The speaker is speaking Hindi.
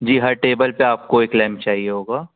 जी हर टेबल पर आपको एक लैन चाहिए होगा